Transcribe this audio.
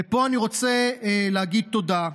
ופה אני רוצה להגיד תודה,